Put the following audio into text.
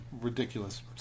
ridiculous